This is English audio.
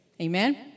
Amen